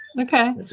Okay